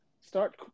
Start –